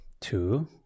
two